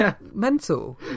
mental